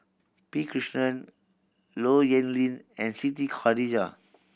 P Krishnan Low Yen Ling and Siti Khalijah